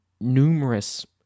numerous